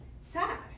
sad